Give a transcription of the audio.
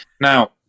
Now